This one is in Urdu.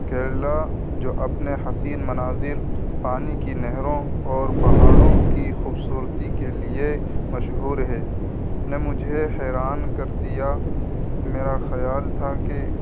کیرلا جو اپنے حسین مناظر پانی کی نہروں اور پہاڑوں کی خوبصورتی کے لیے مشہور ہے نے مجھے حیران کر دیا میرا خیال تھا کہ